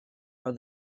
are